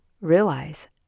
realize